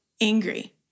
angry